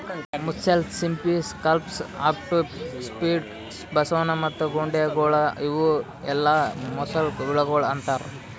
mussels, ಸಿಂಪಿ, scallops, octopi, squid, ಬಸವನ ಮತ್ತ ಗೊಂಡೆಹುಳಗೊಳ್ ಇವು ಎಲ್ಲಾ ಮೊಲಸ್ಕಾ ಹುಳಗೊಳ್ ಅಂತಾರ್